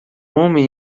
homem